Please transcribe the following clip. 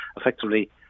effectively